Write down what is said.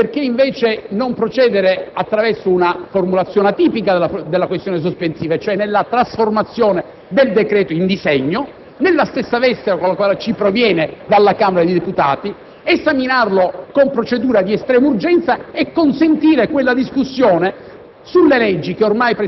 La mia proposta è quella di procedere invece attraverso una formulazione atipica della questione sospensiva, e cioè nella trasformazione del decreto in disegno di legge, nella stessa veste con la quale ci proviene dalla Camera dei deputati, esaminarlo con procedura di estrema urgenza e consentire quella discussione